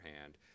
hand